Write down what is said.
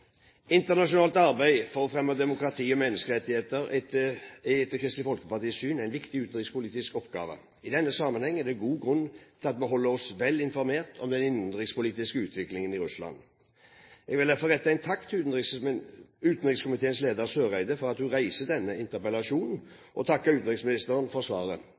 Internasjonalt arbeid for å fremme demokrati og menneskerettigheter er etter Kristelig Folkepartis syn en viktig utenrikspolitisk oppgave. I den sammenheng er det god grunn til at vi holder oss vel informert om den innenrikspolitiske utviklingen i Russland. Jeg vil derfor rette en takk til utenrikskomiteens leder, Eriksen Søreide, for at hun reiser denne interpellasjonen, og takke utenriksministeren for svaret.